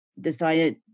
decided